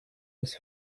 was